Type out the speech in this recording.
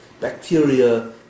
bacteria